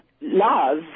love